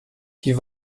die